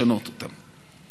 ולשנות אותם.